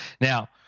Now